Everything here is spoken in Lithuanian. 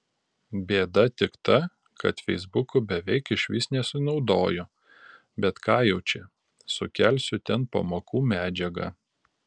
bėda tik ta kad feisbuku beveik išvis nesinaudoju bet ką jau čia sukelsiu ten pamokų medžiagą